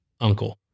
uncle